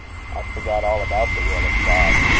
i forgot all about the will of god.